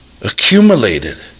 accumulated